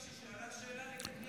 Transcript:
היא שאלה שאלה לגיטימית.